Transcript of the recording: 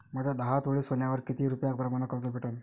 मले दहा तोळे सोन्यावर कितीक रुपया प्रमाण कर्ज भेटन?